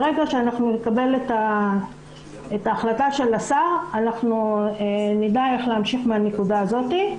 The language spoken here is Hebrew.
ברגע שנקבל את ההחלטה של השר אנחנו נדע איך להמשיך מהנקודה הזאת.